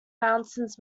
mountains